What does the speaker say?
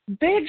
Big